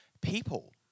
people